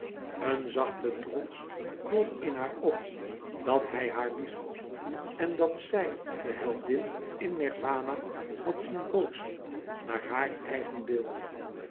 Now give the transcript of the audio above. een zachte trots klom in haar op dat hij haar liefhad en dat zij de heldin in nirwana had zien bootsen naar haar eigen beeld